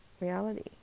reality